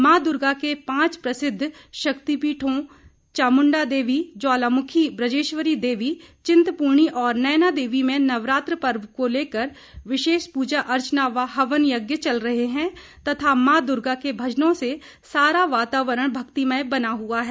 मां दुर्गा के पांच प्रसिद्ध शक्तिपीठों चामुंडा देवी ज्वालामुखी ब्रजेश्वरी देवी चिंतपूर्णी और नयना देवी में नवरात्र पर्व को लेकर विशेष पूजा अर्चना व हवन यज्ञ चल रहे हैं तथा मां दुर्गा के भजनों से सारा वातावरण भक्तिमय बना हुआ है